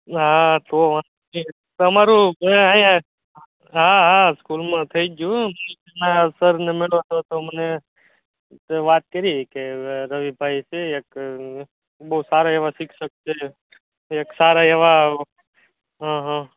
હા તો એ તમારું કોય આયા હા હા સ્કૂલમાં થઇ ગયું હો હા સરને મળ્યો તોતો મને તે વાત કરી કે રવિભાઈ છે એક બહુ સારા એવા શિક્ષક છે એક સારા એવા હ હ